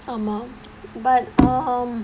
ஆமா:aamaa but um